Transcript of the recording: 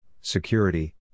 security